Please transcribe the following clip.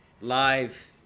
live